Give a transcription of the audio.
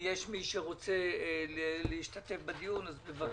אם יש מי שרוצה להשתתף בדיון אז בבקשה.